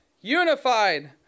Unified